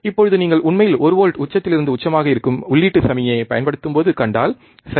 இப்போது நீங்கள் உண்மையில் ஒரு வோல்ட் உச்சத்தில் இருந்து உச்சமாக இருக்கும் உள்ளீட்டு சமிக்ஞையை பயன்படுத்தும்போது கண்டால் சரி